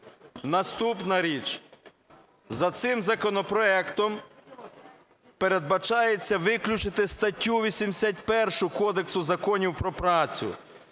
Наступна річ. За цим законопроектом передбачається виключити статтю 81 Кодексу законів про працю: